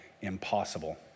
impossible